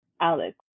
Alex